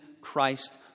Christ